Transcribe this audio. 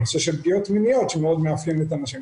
הנושא של פגיעות מיניות שמאוד מאפיין את הנשים,